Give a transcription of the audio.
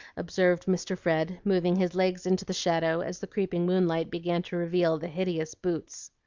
observed mr. fred, moving his legs into the shadow as the creeping moonlight began to reveal the hideous boots.